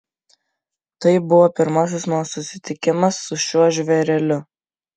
tai buvo pirmasis mano susitikimas su šiuo žvėreliu